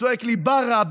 צועק לי: ברה,